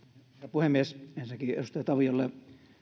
puhemies ensinnäkin edustaja taviolle